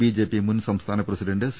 BJP മുൻ സംസ്ഥാന president C